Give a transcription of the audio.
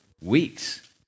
weeks